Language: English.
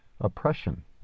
Oppression